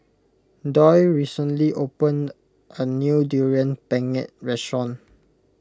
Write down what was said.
Doyle recently opened a new Durian Pengat restaurant